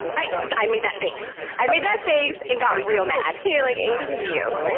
i i made that face! i made that face and got real mad! you're like, excuuuse me?